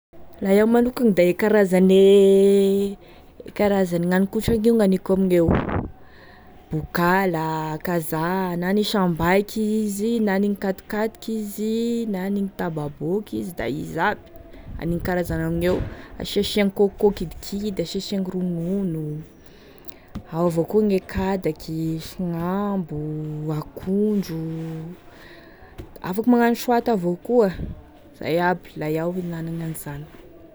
La iaho manokagny da e karazane e karazane gn'hanin-kotragny io e aniko amigneo: bokala, kazaha, na aniny sambaiky izy na aniny katokatoky izy na aniny tababoaky izy da izy aby, haniny karazany amigneo, asisiagny kôkô kidikidy da asisiagny ronono izy, ao avao koa gne kadaky soagnambo, akondro, afaky magnano sohata avao koa, zay aby la iaho e nanagny an'izany.